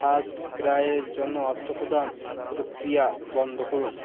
ফার্স্টক্রাইয়ের জন্য অর্থ প্রদান প্রক্রিয়া বন্ধ করুন